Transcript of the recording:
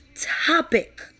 topic